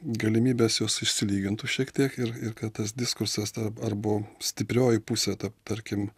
galimybės jos išsilygintų šiek tiek ir ir kad tas diskursas ta arba stiprioji pusė ta tarkim